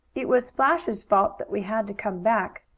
it was splash's fault that we had to come back.